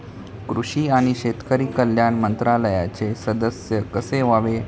कृषी आणि शेतकरी कल्याण मंत्रालयाचे सदस्य कसे व्हावे?